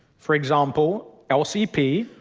for example, lcp,